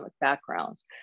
backgrounds